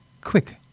quick